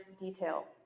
detail